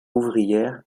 ouvrière